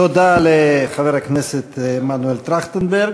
תודה לחבר הכנסת מנואל טרכטנברג.